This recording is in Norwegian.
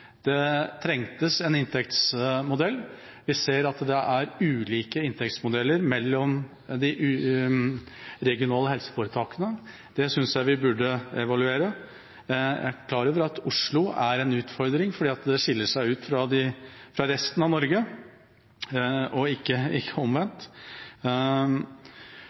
Det trengtes en inntektsmodell. Vi ser at det er ulike inntektsmodeller mellom de regionale helseforetakene. Det synes jeg vi burde evaluere. Jeg er klar over at Oslo er en utfordring, fordi den skiller seg ut fra resten av Norge og ikke omvendt.